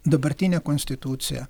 dabartinė konstitucija